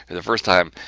the first time